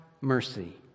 mercy